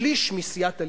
שליש מסיעת הליכוד,